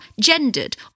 gendered